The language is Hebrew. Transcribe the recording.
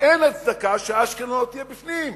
אין הצדקה שאשקלון לא תהיה בפנים.